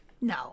No